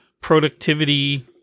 productivity